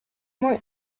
more